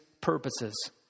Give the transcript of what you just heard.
purposes